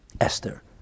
Esther